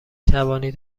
توانید